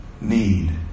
need